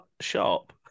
shop